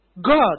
God